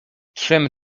trzem